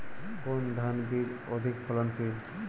কোন ধান বীজ অধিক ফলনশীল?